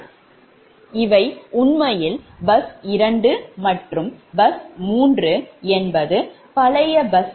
எனவே இவை உண்மையில் பஸ் 2 மற்றும் பஸ் 3 பழைய பஸ்கள் தான்